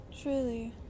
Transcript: truly